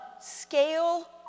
scale